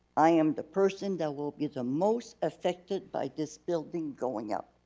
i am the person that will be the most affected by this building going up.